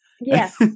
Yes